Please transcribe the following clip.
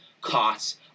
costs